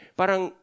parang